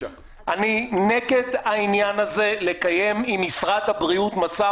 אני נגד העניין הזה לקיים עם משרד הבריאות משא